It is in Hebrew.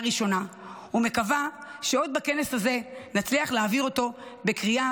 ראשונה ומקווה שעוד בכנס הזה נצליח להעביר אותו בקריאה